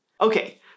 Okay